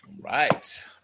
Right